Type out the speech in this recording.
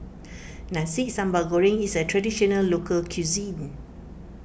Nasi Sambal Goreng is a Traditional Local Cuisine